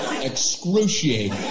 excruciating